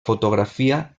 fotografia